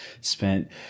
spent